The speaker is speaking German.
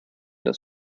das